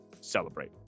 celebrate